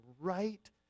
right